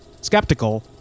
skeptical